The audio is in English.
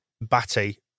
Batty